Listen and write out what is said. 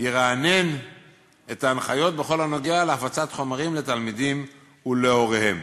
ירענן את ההנחיות בכל הנוגע להפצת חומרים לתלמידים ולהוריהם.